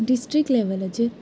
district लेव्हलाचेर